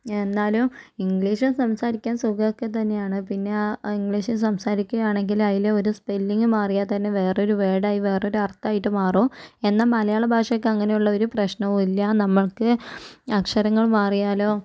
എന്നാലും ഇംഗ്ലീഷ് സംസാരിക്കാൻ സുഖം ഒക്കെ തന്നെയാണ് പിന്നെ ആ ഇംഗ്ലീഷ് സംസാരിക്കുകയാണെങ്കില് അയില് ഒരു സ്പെല്ലിങ് മാറിയാൽ തന്നെ വേറൊരു വേഡായി വേറൊരു അർത്ഥായിട്ട് മാറും എന്നാ മലയാള ഭാഷക്ക് അങ്ങനെയുള്ള ഒര് പ്രശ്നവും ഇല്ല നമ്മൾക്ക് അക്ഷരങ്ങൾ മാറിയാലോ